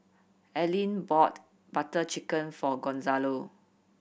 Aleen bought Butter Chicken for Gonzalo